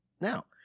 now